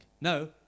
No